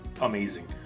amazing